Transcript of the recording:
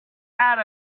had